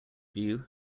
view